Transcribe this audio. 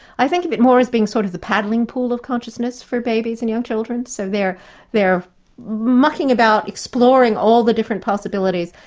i think a bit more is being sort of the paddling pool of consciousness for babies and young children. so they're they're mucking about, exploring all the different possibilities,